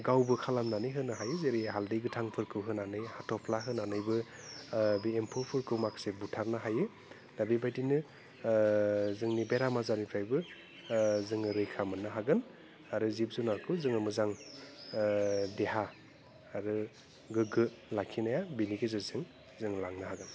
गावबो खालामनानै होनो हायो जेरै हालदै गोथांफोरखौ होनानै हाथफ्ला होनानैबो बे एम्फौफोरखौ माखासे बुथारनो हायो दा बेबायदिनो जोंनि बेराम आजारनिफ्रायबो जोङो रैखा मोननो हागोन आरो जिब जुनारखौ जोङो मोजां देहा आरो गोग्गो लाखिनाया बिनि गेजेरजों जों लांनो हागोन